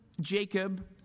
Jacob